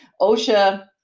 OSHA